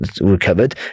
recovered